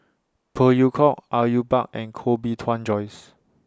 Phey Yew Kok Au Yue Pak and Koh Bee Tuan Joyce